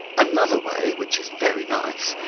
another way which is very nice,